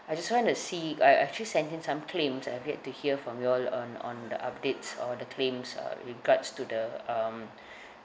I just wanna see I actually sent in some claims and I'd like to hear from you all on on the updates all the claims uh regards to the um